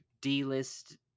D-list